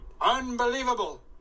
unbelievable